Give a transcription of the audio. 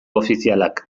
ofizialak